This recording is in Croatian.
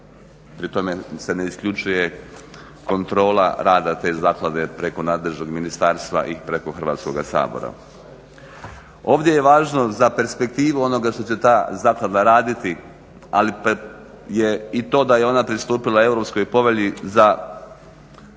pri tome se ne isključuje kontrola rada te zaklade preko nadležnog ministarstva i preko Hrvatskoga sabora. Ovdje je važno za perspektivu onoga što će ta zaklada raditi ali je to i da je ona pristupila europskoj povelji za